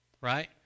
right